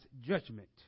judgment